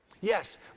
Yes